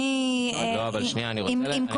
עם כלה כבוד,